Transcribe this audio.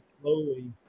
slowly